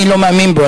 אני לא מאמין בו,